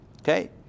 Okay